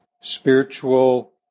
spiritual